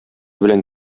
белән